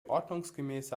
ordnungsgemäße